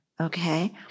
okay